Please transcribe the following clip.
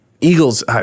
Eagles